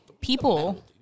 people